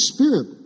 Spirit